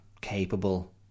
capable